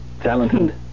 Talented